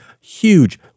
huge